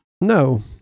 No